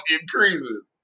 increases